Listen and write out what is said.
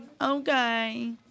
Okay